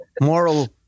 moral